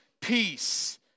peace